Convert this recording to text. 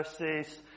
verses